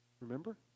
Remember